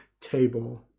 table